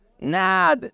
Nah